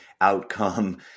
outcome